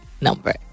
number